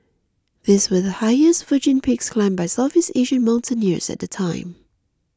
these were the highest virgin peaks climbed by Southeast Asian mountaineers at the time